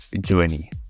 journey